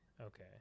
Okay